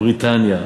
בריטניה,